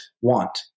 want